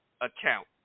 account